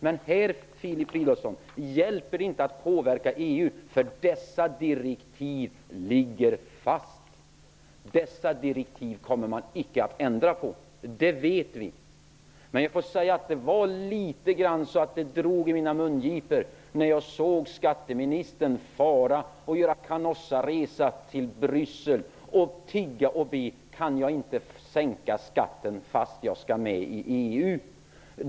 Men här hjälper det inte att påverka EU, Filip Fridolfsson, för dessa direktiv ligger fast. Dessa direktiv kommer man inte att ändra på. Det vet vi. Men det drog litet grand i mina mungipor när jag såg skatteministern fara i väg på en Canossaresa till Bryssel för att tigga och be om att få sänka skatten fast vi skall gå med i EU.